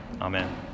Amen